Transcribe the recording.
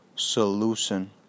Solution